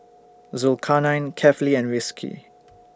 Zulkarnain Kefli and Rizqi